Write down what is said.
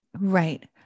Right